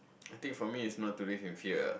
I think for me it's not to live in fear